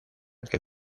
que